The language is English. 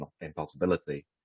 impossibility